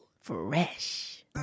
Fresh